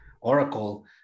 Oracle